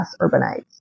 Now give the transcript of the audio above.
urbanites